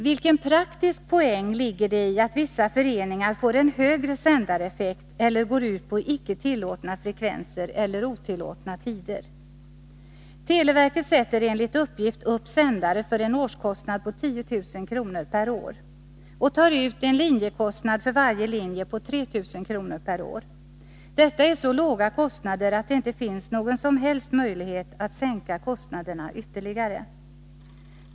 Vilken praktisk poäng ligger det i att vissa föreningar får en högre sändareffekt eller går ut på icke tillåtna frekvenser eller otillåtna tider? Televerket sätter enligt uppgift upp sändare för en årskostnad på 10 000 kr. per år och tar ut en linjekostnad för varje linje på 3 000 kr. per år. Detta är så låga kostnader att det inte finns någon som helst möjlighet att sänka dem ytterligare.